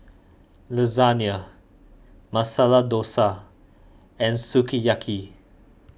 Lasagne Masala Dosa and Sukiyaki